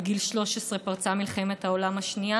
בגיל 13 פרצה מלחמת העולם השנייה